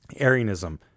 Arianism